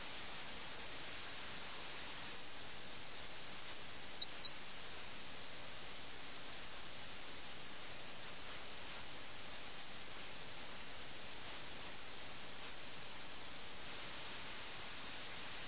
സ്ലൈഡിലെ അവസാനത്തെ പ്രസ്താവനയിൽ അതായത് ദരിദ്രരായ ആളുകൾക്ക് ഭിക്ഷയായി പണം ലഭിച്ചാൽ അത് അവരുടെ ശരീരത്തിന് പോഷകഗുണമുള്ള ആരോഗ്യകരമായ ഭക്ഷണം വാങ്ങിക്കുന്നതിന് പകരം മയക്ക് മരുന്നിന് വേണ്ടിയും ഉത്തേജകത്തിനും വേണ്ടി ഉപയോഗിക്കുന്നു